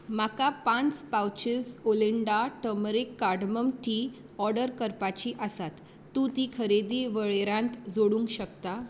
म्हाका पांच पाउचां ओलिंडा टर्मरीक कार्डमन टी ऑर्डर करपाची आसा तूं ती खरेदी वळेरेंत जोडूंक शकता